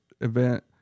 event